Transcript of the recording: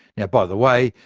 yeah by the way,